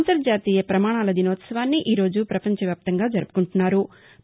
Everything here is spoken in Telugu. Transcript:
అంతర్షాతీయ పమాణాలదినోత్సవాన్ని ఈరోజు పవంచ వ్యాప్తంగా జరుపుకుంటున్నాం